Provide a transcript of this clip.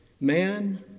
Man